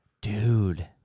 dude